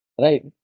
Right